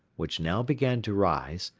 which now began to rise,